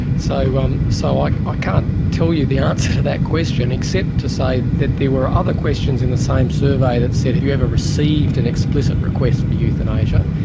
so um so like i can't tell you the answer to that except to say that there were other questions n the same survey that said have you ever received an explicit request for euthanasia?